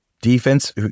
Defense